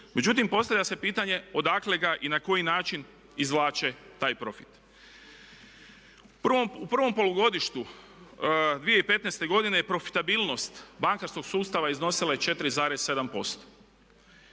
Međutim postavlja se pitanje odakle ga i na koji način izvlače taj profit. U prvom polugodištu 2015. je profitabilnost bankarskog sustava iznosila je 4,7%.